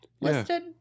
listed